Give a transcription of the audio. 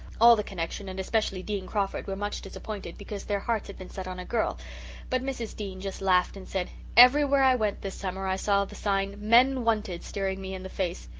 all the connection and especially dean crawford were much disappointed because their hearts had been set on a girl but mrs. dean just laughed and said, everywhere i went this summer i saw the sign men wanted staring me in the face.